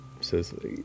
says